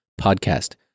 podcast